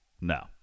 No